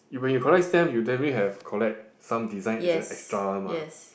you when you collect stamps you definitely have collect some designs as a extra one mah